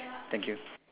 thank you